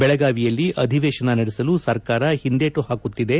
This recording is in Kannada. ಬೆಳಗಾವಿಯಲ್ಲಿ ಅಧಿವೇಶನ ನಡೆಸಲು ಸರ್ಕಾರ ಹಿಂದೇಟು ಹಾಕುತ್ತಿದೆ